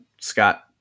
Scott